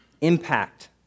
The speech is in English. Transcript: impact